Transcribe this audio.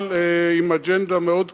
אבל עם אג'נדה מאוד קיצונית,